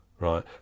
Right